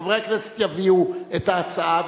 חברי הכנסת יביאו את ההצעה,